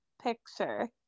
picture